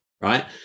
right